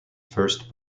first